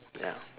ya